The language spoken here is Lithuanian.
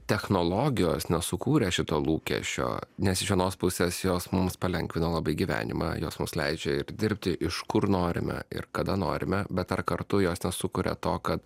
technologijos nesukūrė šito lūkesčio nes iš vienos pusės jos mums palengvino labai gyvenimą jos mus leidžia ir dirbti iš kur norime ir kada norime bet ar kartu jos nesukuria to kad